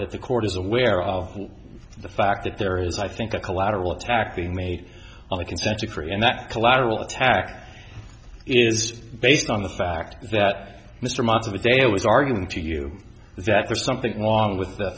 that the court is aware of the fact that there is i think a collateral attacking me on a consent decree and that collateral attack is based on the fact that mr march of the day was arguing to you that there's something wrong with the